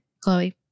Chloe